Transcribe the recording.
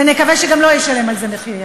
ונקווה גם שלא ישלם על זה מחיר יקר.